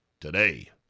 today